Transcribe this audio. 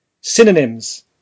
Synonyms